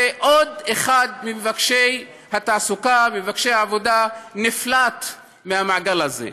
ועוד אחד ממבקשי העבודה נפלט מהמעגל הזה.